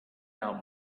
out